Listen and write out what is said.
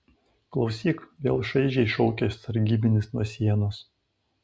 klausyk vėl šaižiai šaukia sargybinis nuo sienos